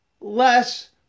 less